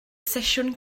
sesiwn